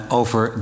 over